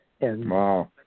Wow